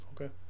Okay